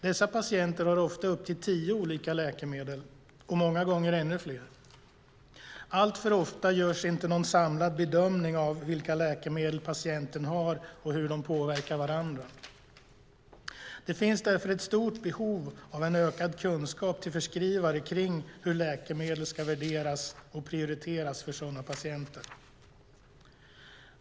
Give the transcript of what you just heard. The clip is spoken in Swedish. Dessa patienter har ofta upp till tio olika läkemedel och många gånger ännu fler. Alltför ofta görs inte någon samlad bedömning av vilka läkemedel patienten har och hur de påverkar varandra. Det finns därför ett stort behov av en ökad kunskap till förskrivare om hur läkemedel ska värderas och prioriteras för sådana patienter.